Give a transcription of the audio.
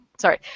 sorry